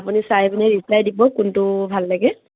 আপুনি চাই পিনি ৰিপ্লাই দিব কোনটো ভাল লাগে